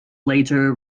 later